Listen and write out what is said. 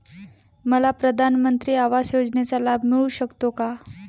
मला प्रधानमंत्री आवास योजनेचा लाभ मिळू शकतो का?